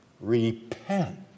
Repent